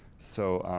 so,